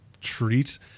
treat